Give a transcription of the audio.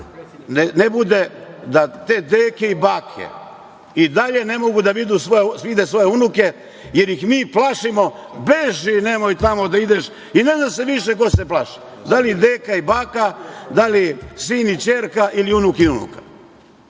ne bude da te deke i bake i dalje ne mogu da vide svoje unuke, jer ih mi plašimo - beži, nemoj tamo da ideš. I ne zna se ko se više plaši, da li deka i baka, da li sin i ćerka ili unuk i